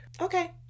Okay